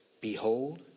Behold